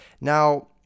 Now